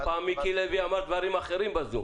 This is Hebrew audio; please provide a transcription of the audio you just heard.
פעם מיקי לוי אמר דברים אחרים בזום.